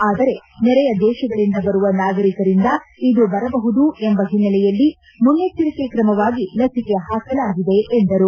ಆದರೆ ನೆರೆಯ ದೇತಗಳಿಂದ ಬರುವ ನಾಗರಿಕರಿಂದ ಇದು ಬರಬಹುದು ಎಂಬ ಹಿನ್ನೆಲೆಯಲ್ಲಿ ಮುನ್ನೆಚ್ಲರಿಕೆ ಕ್ರಮವಾಗಿ ಲಸಿಕೆ ಹಾಕಲಾಗಿದೆ ಎಂದರು